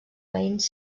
veïns